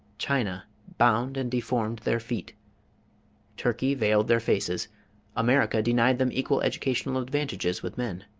china bound and deformed their feet turkey veiled their faces america denied them equal educational advantages with men.